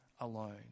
alone